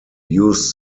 used